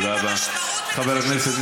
תודה, גברתי.